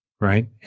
right